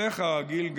וכרגיל,